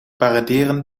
paraderen